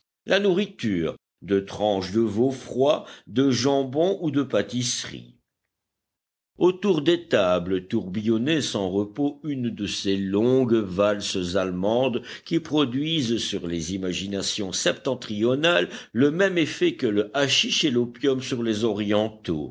la nourriture de tranches de veau froid de jambon ou de pâtisseries autour des tables tourbillonnait sans repos une de ces longues valses allemandes qui produisent sur les imaginations septentrionales le même effet que le hatchich et l'opium sur les orientaux